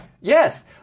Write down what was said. Yes